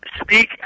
speak